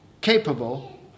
capable